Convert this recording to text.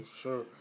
Sure